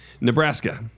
Nebraska